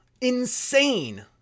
insane